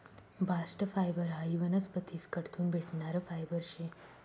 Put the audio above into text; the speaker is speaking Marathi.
बास्ट फायबर हायी वनस्पतीस कडथून भेटणारं फायबर शे